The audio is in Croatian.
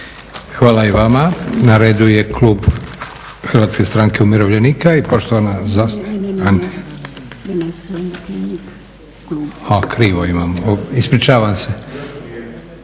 Hvala i vama. Na redu je klub Hrvatske stranke umirovljenika i poštovana